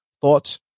thoughts